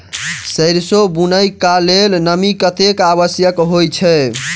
सैरसो बुनय कऽ लेल नमी कतेक आवश्यक होइ छै?